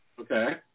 Okay